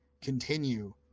continue